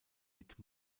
mit